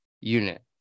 unit